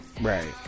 Right